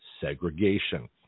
segregation